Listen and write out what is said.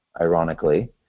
ironically